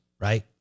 right